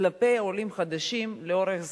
כלפי עולים חדשים לאורך זמן.